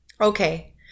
Okay